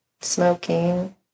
smoking